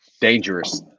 Dangerous